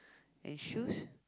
and shoes